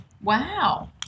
Wow